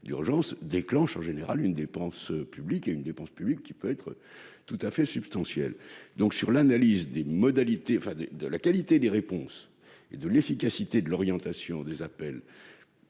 d'urgence déclenche en général une dépense publique qui peut être tout à fait substantielle. Au regard de l'analyse de la qualité des réponses et de l'efficacité de l'orientation des appels,